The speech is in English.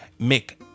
Mick